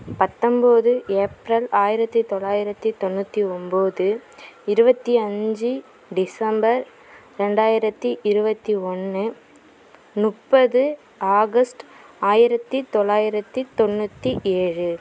பத்தொம்பது ஏப்ரல் ஆயிரத்தி தொள்ளாயிரத்தி தொண்ணூற்றி ஒம்பது இருபத்தி அஞ்சு டிசம்பர் ரெண்டாயிரத்தி இருபத்தி ஒன்று முப்பது ஆகஸ்ட் ஆயிரத்தி தொள்ளாயிரத்தி தொண்ணூற்றி ஏழு